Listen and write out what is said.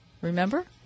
Remember